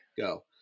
Go